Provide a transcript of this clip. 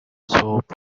soap